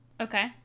Okay